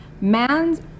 Man's